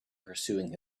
pursuing